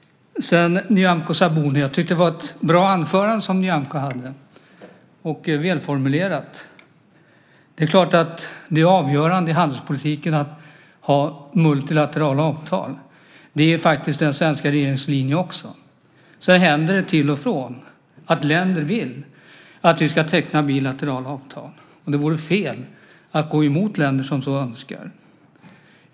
Jag tycker att Nyamko Sabuni höll ett bra och välformulerat anförande. Det är klart att det är avgörande i handelspolitiken att ha multilaterala avtal. Det är faktiskt den svenska regeringens linje också. Men det händer till och från att länder vill att vi ska teckna bilaterala avtal, och det vore fel att gå emot länder som så önskar.